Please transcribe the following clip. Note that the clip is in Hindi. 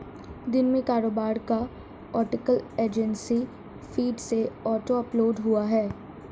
दिन में कारोबार का आर्टिकल एजेंसी फीड से ऑटो अपलोड हुआ है